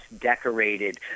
decorated